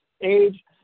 age